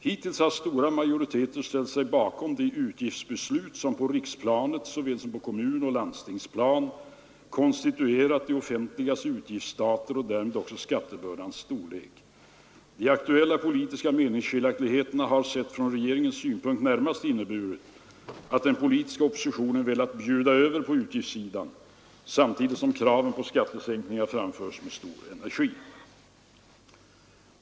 Hittills har stora majoriteter ställt sig bakom de utgiftsbeslut som på riksplanet såväl som på kommunoch landstingsplanet konstituerat det offentligas utgiftsstater och därmed också skattebördans storlek. De aktuella politiska meningsskiljaktigheterna har sett från regeringens synpunkt närmast inneburit att den politiska oppositionen velat bjuda över på utgiftssidan samtidigt som kraven på skattesänkningar framförts med stor energi.